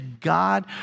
God